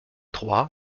trois